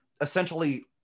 essentially